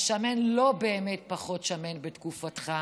השמן לא באמת פחות שמן בתקופתך,